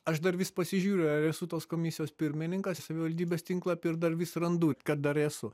aš dar vis pasižiūriu ar esu tos komisijos pirmininkas savivaldybės tinklapy ir dar vis randu kad dar esu